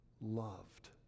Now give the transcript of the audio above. loved